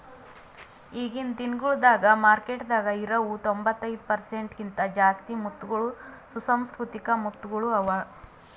ಈಗಿನ್ ದಿನಗೊಳ್ದಾಗ್ ಮಾರ್ಕೆಟದಾಗ್ ಇರವು ತೊಂಬತ್ತೈದು ಪರ್ಸೆಂಟ್ ಕಿಂತ ಜಾಸ್ತಿ ಮುತ್ತಗೊಳ್ ಸುಸಂಸ್ಕೃತಿಕ ಮುತ್ತಗೊಳ್ ಅವಾ